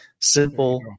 simple